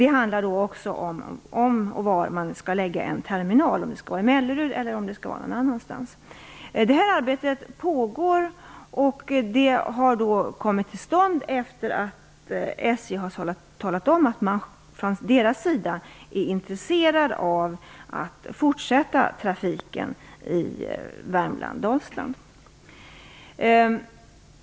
Det gäller också om och var man skall lägga en terminal - om det skall vara i Mellerud eller någon annanstans. Arbetet pågår. Det har kommit till stånd efter det att SJ talat om att man från deras sida är intresserad av att fortsätta trafiken i Värmland och Dalsland.